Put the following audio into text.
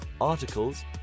articles